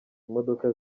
imodoka